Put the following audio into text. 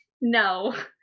no